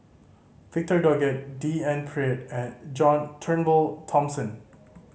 Victor Doggett D N Pritt and John Turnbull Thomson